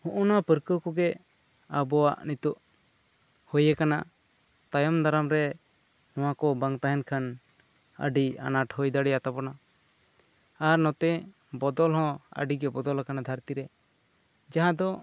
ᱦᱚᱸᱜ ᱱᱚᱣᱟ ᱯᱟᱨᱠᱟᱹᱣ ᱠᱚᱜᱮ ᱟᱵᱚᱣᱟᱜ ᱱᱤᱛᱚᱜ ᱦᱳᱭ ᱟᱠᱟᱱᱟ ᱛᱟᱭᱚᱢ ᱫᱟᱨᱟᱢ ᱨᱮ ᱱᱚᱣᱟ ᱠᱚ ᱵᱟᱝ ᱛᱟᱦᱮᱱ ᱠᱷᱟᱱ ᱟᱹᱰᱤ ᱟᱱᱟᱴ ᱦᱳᱭ ᱫᱟᱲᱮ ᱟᱛᱟᱵᱚᱱᱟ ᱟᱨ ᱱᱚᱛᱮ ᱵᱚᱫᱚᱞ ᱦᱚᱸ ᱟᱹᱰᱤ ᱵᱚᱫᱚᱞ ᱟᱠᱟᱱᱟ ᱫᱷᱟᱹᱨᱛᱤ ᱨᱮ ᱡᱟᱦᱟᱸ ᱫᱚ